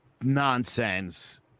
nonsense